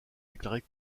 déclarés